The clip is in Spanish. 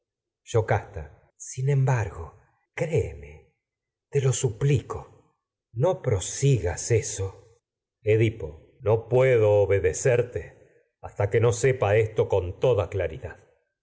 yocasta sin embargo créeme te lo suplico no prosigas eso edipo no puedo obedecerte hasta que no sepa esto con toda claridad